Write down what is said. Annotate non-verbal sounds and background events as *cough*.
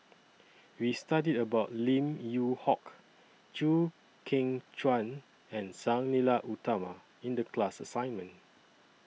*noise* We studied about Lim Yew Hock Chew Kheng Chuan and Sang Nila Utama in The class assignment